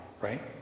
right